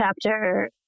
chapter